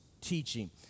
teaching